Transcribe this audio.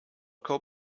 call